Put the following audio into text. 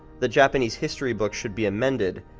that japanese history books should be amended.